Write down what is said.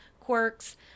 quirks